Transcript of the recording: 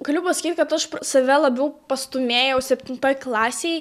galiu pasakyti kad aš save labiau pastūmėjau septintoj klasėj